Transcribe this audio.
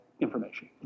information